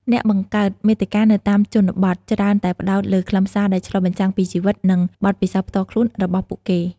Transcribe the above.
អ្នកបង្កើតមាតិកានៅតាមជនបទច្រើនតែផ្តោតលើខ្លឹមសារដែលឆ្លុះបញ្ចាំងពីជីវិត និងបទពិសោធន៍ផ្ទាល់ខ្លួនរបស់ពួកគេ។